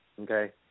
okay